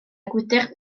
gwydr